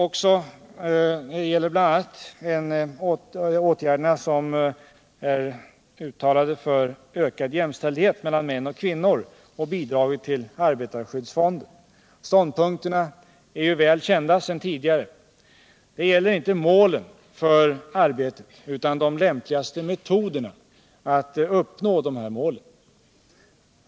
Det gäller bl.a. åtgärder för ökad jämställdhet mellan män och kvinnor och bidraget till arbetarskyddsfonden. Ståndpunkterna är väl kända sedan tidigare. De gäller inte målen för arbetet utan de lämpligaste metoderna att uppnå dessa mål.